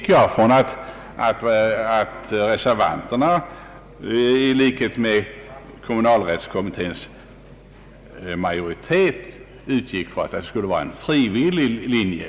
Jag trodde att reservanterna i likhet med kommunalrättskommitténs majoritet utgick från en frivillig linje.